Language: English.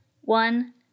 one